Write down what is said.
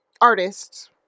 artists